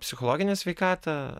psichologinę sveikatą